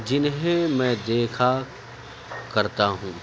جنہیں میں دیکھا کرتا ہوں